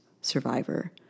survivor